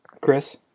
Chris